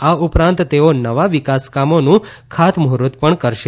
આ ઉપરાંત તેઓ નવા વિકાસકામોનું ખાતમૂહર્ત પણ કરશે